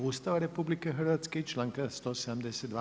Ustava RH i članka 172.